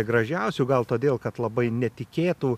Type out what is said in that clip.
gražiausių gal todėl kad labai netikėtų